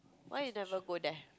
why you never go there